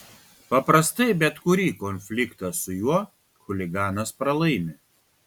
paprastai bet kurį konfliktą su juo chuliganas pralaimi